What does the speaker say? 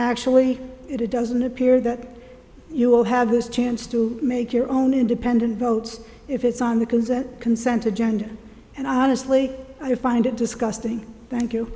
actually it doesn't appear that you will have this chance to make your own independent votes if it's on the consent consent adjoined and honestly i find it disgusting thank you